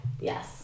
Yes